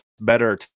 better